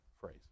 phrase